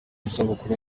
isabukuru